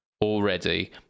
already